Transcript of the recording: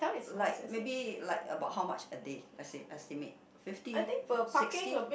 like maybe like about how much a day esti~ estimate fifty sixty